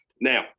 Now